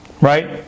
Right